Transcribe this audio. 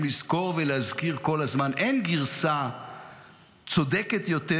לזכור ולהזכיר כל הזמן: אין גרסה צודקת יותר